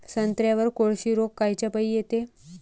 संत्र्यावर कोळशी रोग कायच्यापाई येते?